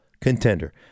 contender